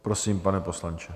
Prosím, pane poslanče.